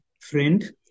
friend